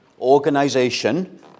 organization